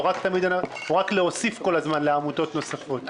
או רק להוסיף כל הזמן לעמותות נוספות?